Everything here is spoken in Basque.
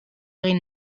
egin